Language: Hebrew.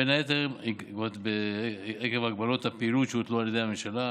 בין היתר עקב הגבלות הפעילות שהוטלו על ידי הממשלה,